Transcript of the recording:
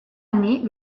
année